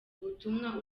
ubutumwa